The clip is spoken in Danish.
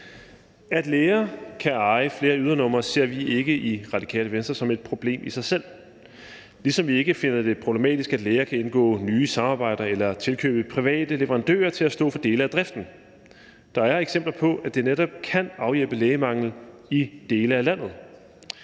At læger kan eje flere ydernumre, ser vi i Radikale Venstre ikke som et problem i sig selv, ligesom vi ikke finder det problematisk, at læger kan indgå nye samarbejder eller tilkøbe private leverandører til at stå for dele af driften. Der er eksempler på, at det netop kan afhjælpe lægemangel i dele af landet.